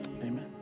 Amen